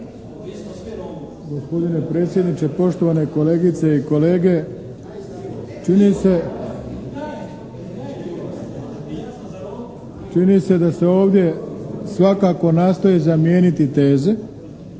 Gospodine predsjedniče, poštovane kolegice i kolege činjenica je da se ovdje svakako nastoji zamijeniti teze